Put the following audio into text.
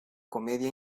comedia